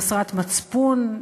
חסרת מצפון,